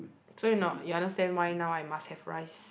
so you kno~ you understand why now I must have rice